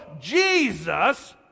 Jesus